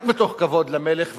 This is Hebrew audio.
רק מתוך כבוד למלך,